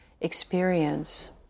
experience